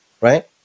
right